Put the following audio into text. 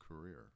career